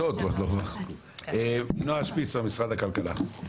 נועה שפיצר, משרד הכלכלה.